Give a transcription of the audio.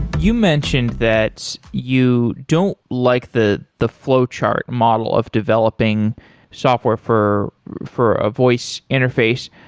you mentioned that you don't like the the flow chart model of developing software for for a voice interface.